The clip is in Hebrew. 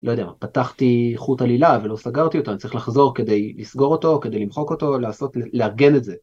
לא יודע, פתחתי חוט עלילה ולא סגרתי אותה, אני צריך לחזור כדי לסגור אותו, כדי למחוק אותו, לעגן את זה.